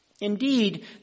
Indeed